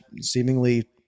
seemingly